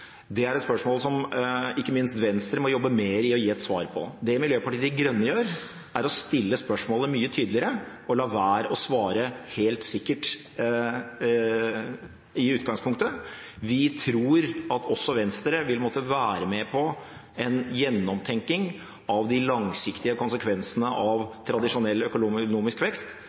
det er et spørsmål som ikke minst Venstre må jobbe mer med å gi et svar på. Det Miljøpartiet De Grønne gjør, er å stille spørsmålet mye tydeligere og la være å svare helt sikkert i utgangspunktet. Vi tror at også Venstre vil måtte være med på å tenke gjennom de langsiktige konsekvensene av tradisjonell økonomisk vekst